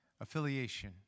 affiliation